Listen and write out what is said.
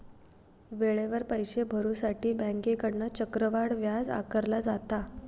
वेळेवर पैशे भरुसाठी बँकेकडना चक्रवाढ व्याज आकारला जाता